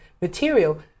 material